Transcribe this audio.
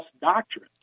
doctrine